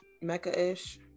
Mecca-ish